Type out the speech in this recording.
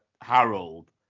Harold